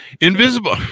Invisible